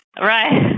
Right